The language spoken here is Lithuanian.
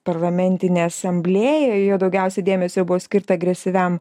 parlamentinė asamblėja daugiausiai dėmesio buvo skirta agresyviam